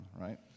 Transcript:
right